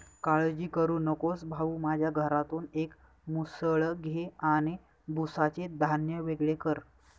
काळजी करू नकोस भाऊ, माझ्या घरातून एक मुसळ घे आणि भुसाचे धान्य वेगळे कर